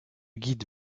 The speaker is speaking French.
guide